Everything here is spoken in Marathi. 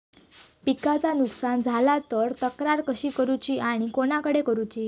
पिकाचा नुकसान झाला तर तक्रार कशी करूची आणि कोणाकडे करुची?